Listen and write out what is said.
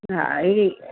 हा ई